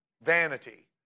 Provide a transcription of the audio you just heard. vanity